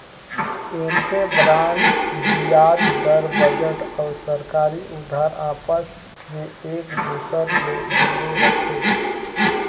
ऐम्हें बांड बियाज दर, बजट अउ सरकारी उधार आपस मे एक दूसर ले जुड़े रथे